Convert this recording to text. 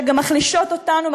שגם מחלישות אותנו,